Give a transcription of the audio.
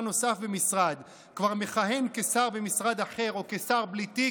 נוסף במשרד כבר מכהן כשר במשרד אחר או כשר בלי תיק,